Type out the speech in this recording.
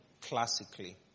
classically